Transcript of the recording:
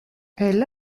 elle